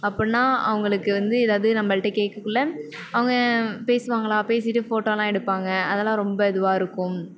அப்படினா அவங்களுக்கு வந்து ஏதாவது நம்மகிட்ட கேட்கக்குள்ள அவங்க பேசுவாங்களா பேசிவிட்டு ஃபோட்டோவெலாம் எடுப்பாங்க அதெல்லாம் ரொம்ப இதுவாக இருக்கும்